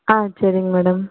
ஆ சரிங்க மேடம்